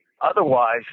Otherwise